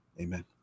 amen